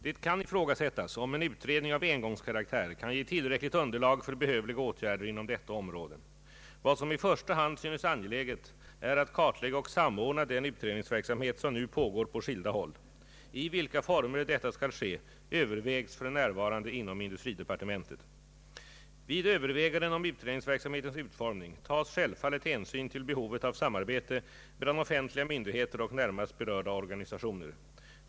Det kan ifrågasättas om en utredning av engångskaraktär kan ge tillräckligt underlag för behövliga åtgärder inom detta område. Vad som i första hand synes angeläget är att kartlägga och samordna den utredningsverksamhet som nu pågår på skilda håll. I vilka former detta skall ske övervägs för närvarande inom industridepartementet. Vid övervägandena om utredningsverksamhetens utformning tas självfallet hänsyn till behovet av samarbete mellan offentliga myndigheter och närmast berörda organisationer.